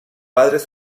padres